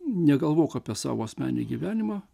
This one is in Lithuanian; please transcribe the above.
negalvok apie savo asmeninį gyvenimą